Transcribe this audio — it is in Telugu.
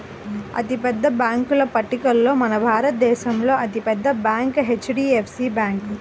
అతిపెద్ద బ్యేంకుల పట్టికలో మన భారతదేశంలో అతి పెద్ద బ్యాంక్ హెచ్.డీ.ఎఫ్.సీ బ్యాంకు